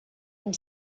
and